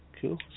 Cool